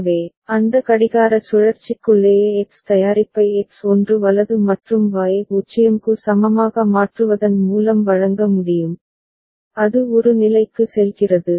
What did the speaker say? எனவே அந்த கடிகார சுழற்சிக்குள்ளேயே எக்ஸ் தயாரிப்பை எக்ஸ் 1 வலது மற்றும் Y 0 க்கு சமமாக மாற்றுவதன் மூலம் வழங்க முடியும் அது ஒரு நிலைக்கு செல்கிறது